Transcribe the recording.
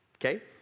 okay